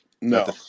No